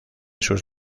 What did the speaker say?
sus